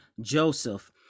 Joseph